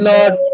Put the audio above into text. Lord